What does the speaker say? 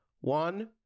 one